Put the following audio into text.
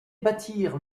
bâtir